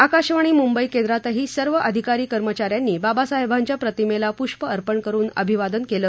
आकाशवाणी मुंबई केंद्रातही सर्व अधिकारी कर्मचाऱ्यांनी बाबासाहेबांच्या प्रतिमेला पुष्प अर्पण करुन अभिवादन केलं